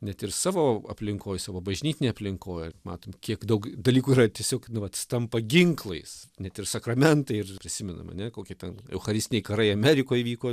net ir savo aplinkoj savo bažnytinėj aplinkoj matom kiek daug dalykų yra tiesiog nu vat tampa ginklais net ir sakramentai ir prisimenam ane kokie ten eucharistiniai karai amerikoj vyko